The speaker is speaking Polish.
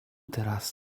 teraz